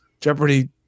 Jeopardy